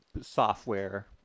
software